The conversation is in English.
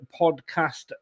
Podcast